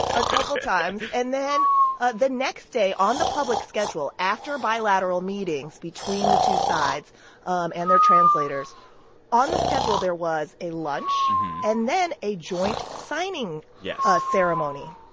a couple times and then ah the next day, on the public schedule after bilateral meetings between the two sides um and their translators on the schedule, there was a lunch and then a joint signing. yes. ceremony.